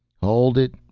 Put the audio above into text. hold it!